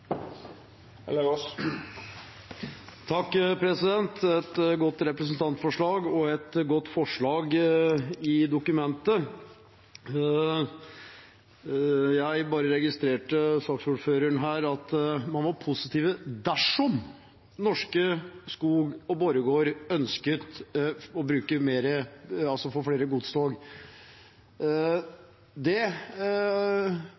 et godt representantforslag og et godt forslag i dokumentet. Jeg registrerte på saksordføreren her at man var positiv dersom Norske Skog og Borregaard ønsket å få flere godstog.